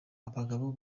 abagabo